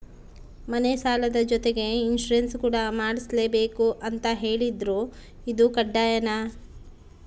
ಮನೆ ಸಾಲದ ಜೊತೆಗೆ ಇನ್ಸುರೆನ್ಸ್ ಕೂಡ ಮಾಡ್ಸಲೇಬೇಕು ಅಂತ ಹೇಳಿದ್ರು ಇದು ಕಡ್ಡಾಯನಾ?